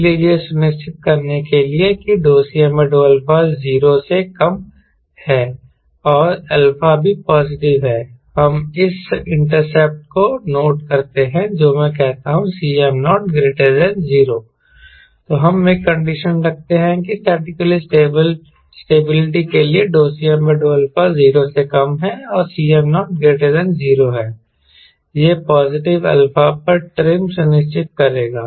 इसलिए यह सुनिश्चित करने के लिए कि Cm∂α 0 से कम है और α भी पॉजिटिव है हम इस इंटरसेप्ट को नोट करते हैं जो मैं कहता हूं Cm00 तो हम एक कंडीशन रखते हैं कि स्टैटिक स्टेबिलिटी के लिए Cm∂α 0 से कम है और Cm0 0 है यह पॉजिटिव α पर ट्रिम सुनिश्चित करेगा